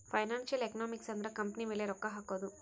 financial economics ಅಂದ್ರ company ಮೇಲೆ ರೊಕ್ಕ ಹಕೋದು